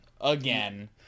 again